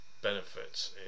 Benefits